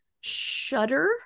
Shudder